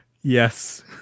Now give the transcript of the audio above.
Yes